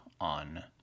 on